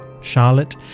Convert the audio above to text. charlotte